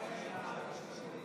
61,